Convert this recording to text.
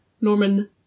Norman